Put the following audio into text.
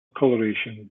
coloration